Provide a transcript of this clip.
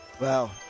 Wow